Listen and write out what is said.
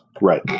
Right